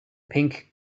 pink